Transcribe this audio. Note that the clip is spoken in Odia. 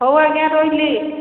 ହଉ ଆଜ୍ଞା ରହିଲି